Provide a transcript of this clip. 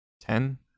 Ten